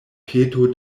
peto